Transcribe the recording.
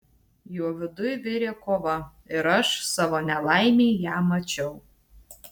jo viduj virė kova ir aš savo nelaimei ją mačiau